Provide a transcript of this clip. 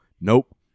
nope